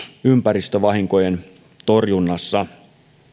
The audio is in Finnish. ympäristövahinkojen torjunnassa